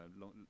long